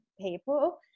people